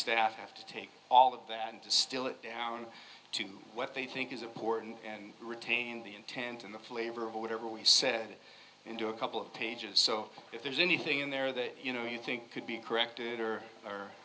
staff have to take all of that and still it down to what they think is important and retain the intent and the flavor of whatever we said and do a couple of pages so if there's anything in there that you know you think could be corrected